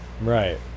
Right